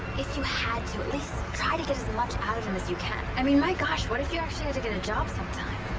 if you had to, at least try to get as much out of him as you can. i mean my gosh. what if you actually had to get a job sometime?